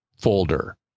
folder